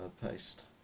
Paste